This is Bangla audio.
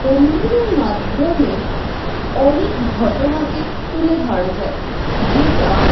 গম্ভীরার মাধ্যমে অনেক ঘটনাকে তুলে ধরা যায় যেটা